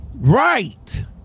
right